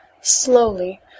Slowly